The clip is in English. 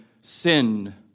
sin